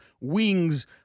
wings